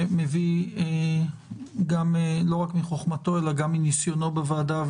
שמביא לא רק מחוכמתו אלא גם מניסיונו בוועדה.